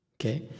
Okay